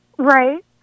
Right